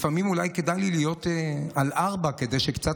לפעמים אולי כדאי לי להיות על ארבע כדי שקצת